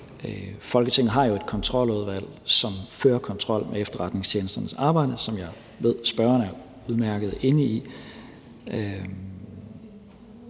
Folketinget har man jo Kontroludvalget, som fører kontrol med efterretningstjenesternes arbejde, hvilket jeg ved at spørgeren er udmærket inde i